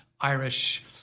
Irish